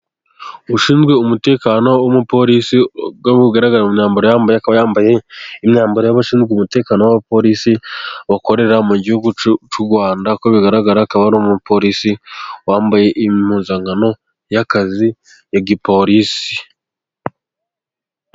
Ushinzwe umutekano w'umupolisi uko bigaragara mu myambaro yambaye, akaba yambaye imyambaro y'abashinzwe umutekano y'abapolisi bakorera mu gihugu cy'u Rwanda. Uko bigaragara akaba n'umupolisi wambaye impuzankano y'akazi ya gipolisi.